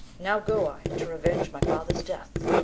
now go i to revenge my father's death.